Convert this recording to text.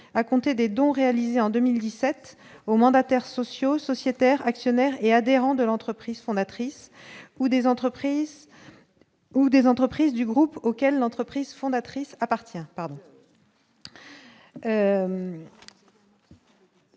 raconter des dons réalisés en 2017 aux mandataires sociaux sociétaires actionnaires et adhérent de l'entreprise fondatrice ou des entreprises ou des entreprises du groupe auquel l'entreprise fondatrice appartient